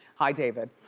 hi, david.